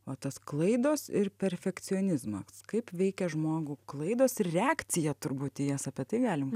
o tos klaidos ir perfekcionizmą kaip veikia žmogų klaidos ir reakcija turbūt į jas apie tai galim